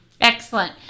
Excellent